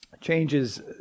changes